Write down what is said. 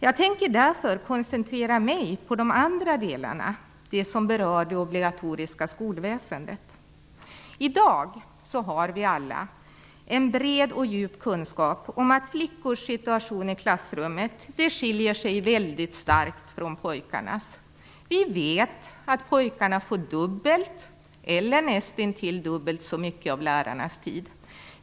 Jag tänker därför koncentrera mig på de andra delarna, de som berör det obligatoriska skolväsendet. I dag har vi alla en bred och djup kunskap om att flickors situation i klassrummet skiljer sig mycket starkt från pojkarnas. Vi vet att pojkarna får dubbelt eller nästintill dubbelt så mycket av lärarnas tid.